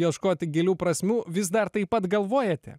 ieškoti gilių prasmių vis dar taip pat galvojate